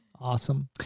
Awesome